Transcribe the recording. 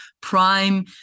prime